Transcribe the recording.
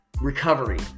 recovery